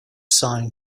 sign